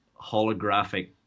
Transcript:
holographic